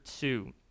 two